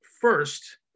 first